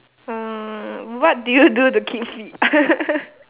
um what do you do to keep fit